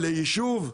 ליישוב?